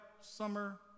summer